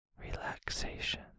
relaxation